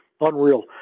Unreal